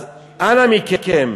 אז אנא מכם,